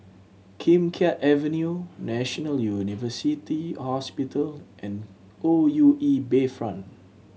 Kim Keat Avenue National University Hospital and O U E Bayfront